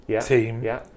team